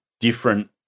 different